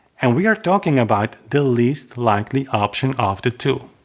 and we are talking about the least likely option of the two.